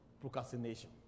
procrastination